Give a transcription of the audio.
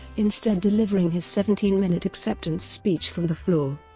instead delivering his seventeen-minute acceptance speech from the floor.